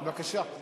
בבקשה.